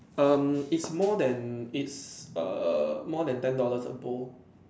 um it's more than it's err more than ten dollars a bowl